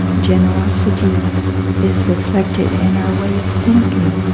generosity is reflected in our way of thinking,